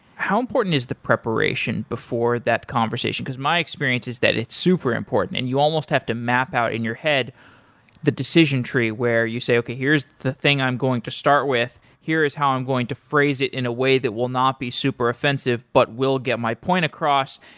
how important is the preparation before that conversation? because my experience is that it's super important and you almost have to map out in your head the decision tree where you say, okay, here is the thing i'm going to start with. here is how i'm going to phrase it in a way that will not be super offensive, but will get my point across.